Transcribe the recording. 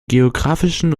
geographischen